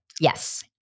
yes